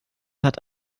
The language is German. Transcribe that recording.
hat